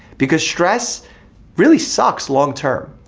because stress really sucks long term.